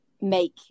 make